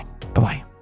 Bye-bye